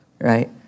right